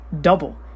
double